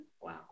Wow